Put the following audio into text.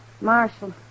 Marshall